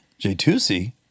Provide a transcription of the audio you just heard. J2C